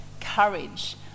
courage